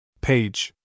Page